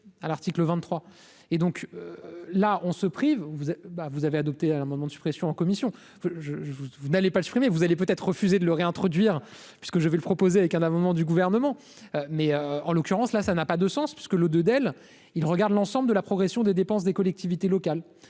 à l'article 23 et donc là, on se prive, vous êtes ben vous avez adopté un amendement de suppression en commission, je, je, vous, vous n'allez pas supprimer, vous allez peut être refusé de le réintroduire, parce que je vais le proposer avec un amendement du gouvernement mais en l'occurrence là ça n'a pas de sens, parce que le de Dell, il regarde l'ensemble de la progression des dépenses des collectivités locales